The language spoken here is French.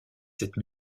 cette